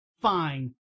Fine